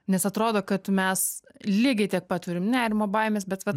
nes atrodo kad mes lygiai tiek pat turim nerimo baimės bet vat